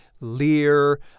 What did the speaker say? Lear